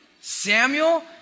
Samuel